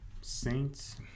Saints